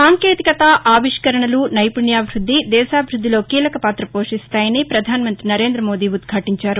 సాంకేతికత ఆవిష్కరణలు నైపుణ్యాభివృద్ది దేశాభివృద్ధిలో కీలక పాత పోషిస్దాయని ప్రధానమంత్రి నరేంధమోదీ ఉదాటించారు